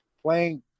Playing